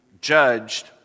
judged